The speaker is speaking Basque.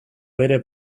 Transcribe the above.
bere